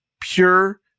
pure